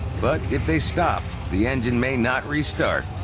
but if they stop, the engine may not restart.